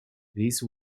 these